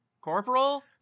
Corporal